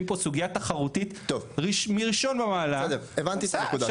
פה סוגיה תחרותית מראשון במעלה -- הבנתי את הנקודה.